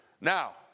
Now